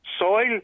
soil